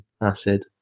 Acid